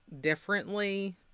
differently